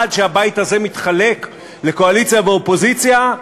עד שהבית הזה מתחלק לקואליציה ואופוזיציה,